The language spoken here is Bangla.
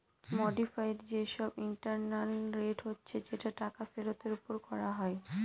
মডিফাইড যে সব ইন্টারনাল রেট হচ্ছে যেটা টাকা ফেরতের ওপর করা হয়